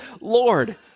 Lord